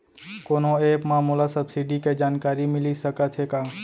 कोनो एप मा मोला सब्सिडी के जानकारी मिलिस सकत हे का?